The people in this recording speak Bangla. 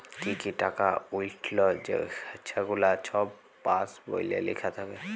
কি কি টাকা উইঠল ছেগুলা ছব পাস্ বইলে লিখ্যা থ্যাকে